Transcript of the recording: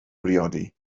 briodi